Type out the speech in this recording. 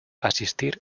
asistir